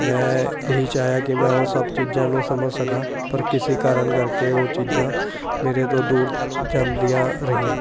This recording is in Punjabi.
ਮੈਂ ਇਹੀ ਚਾਹਿਆ ਕਿ ਮੈਂ ਉਹ ਸਭ ਚੀਜ਼ਾਂ ਨੂੰ ਸਮਝ ਸਕਾਂ ਪਰ ਕਿਸੀ ਕਾਰਨ ਕਰਕੇ ਉਹ ਚੀਜ਼ਾਂ ਮੇਰੇ ਤੋਂ ਦੂਰ ਜਾਂਦੀਆਂ ਰਹੀਆਂ